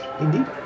Indeed